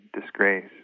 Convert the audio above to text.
disgrace